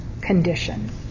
condition